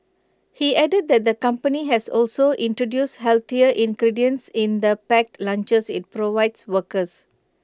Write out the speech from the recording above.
he added that the company has also introduced healthier ingredients in the packed lunches IT provides workers